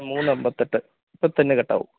മൂന്ന് അന്പത്തിയെട്ട് ഇപ്പോള്ത്തന്നെ കട്ടാവും